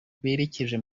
berekeje